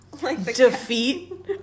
defeat